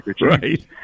Right